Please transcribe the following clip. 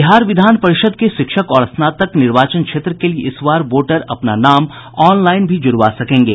बिहार विधान परिषद के शिक्षक और स्नातक निर्वाचन क्षेत्र के लिये इस बार वोटर अपना नाम ऑनलाइन भी जुड़वा सकेंगे